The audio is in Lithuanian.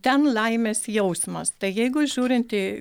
ten laimės jausmas tai jeigu žiūrint į